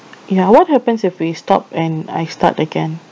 ya what happens if we stop and I start again